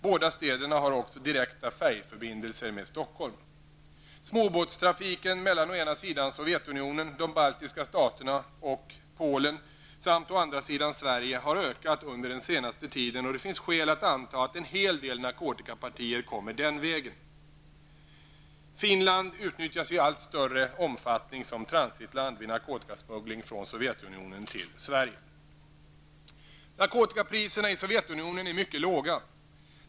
Båda städerna har också direkta färjeförbindelser med Sverige har ökat under den senaste tiden. Det finns skäl att anta att en hel del narkotikapartier kommer den vägen. Finland utnyttjas i allt större omfattning som transitland vid narkotikasmuggling från Narkotikapriserna i Sovjetunionen är mycket låga.